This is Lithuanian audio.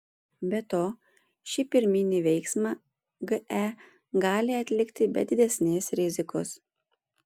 be to šį pirminį veiksmą ge gali atlikti be didesnės rizikos